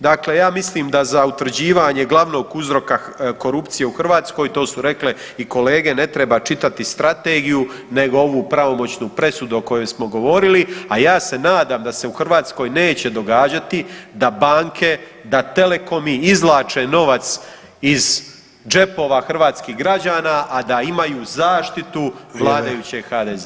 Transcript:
Dakle, ja mislim da za utvrđivanje glavnog uzorka korupcije u Hrvatskoj, to su rekle i kolege, ne treba čitati strategiju nego ovu pravomoćnu presudu o kojoj smo govorili, a ja se nadam da se u Hrvatskoj neće događati da banke, da telekomi izvlače novac iz džepova hrvatskih građana, a da imaju zaštitu vladajućeg HDZ-a.